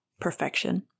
perfection